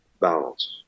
balance